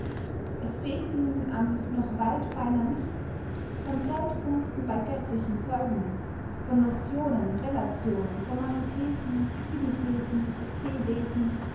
es fehlt ihnen an noch weit feinern nicht von zeitpunkten bey göttlichen zeugungen von notionen relationen formalitäten quidditäten